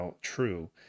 true